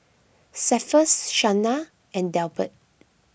Cephus Shana and Delbert